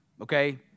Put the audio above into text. okay